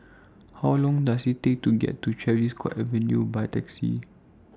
How Long Does IT Take to get to Tavistock Avenue By Taxi